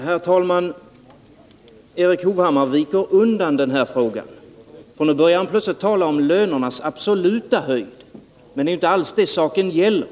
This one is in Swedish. Herr talman! Erik Hovhammar viker undan i den här frågan. Nu börjar han plötsligt tala om lönernas absoluta höjd, men det är inte alls det saken gäller.